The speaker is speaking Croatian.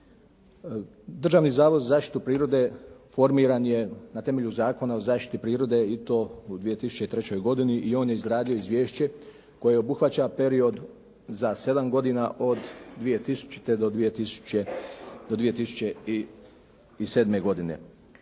Državni zavod za zaštitu prirode formiran je na temelju Zakona o zašiti prirode i to u 2003. godini i on je izradio izvješće koje obuhvaća period za sedam godina od 2000. do 2007. godine.